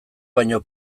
baino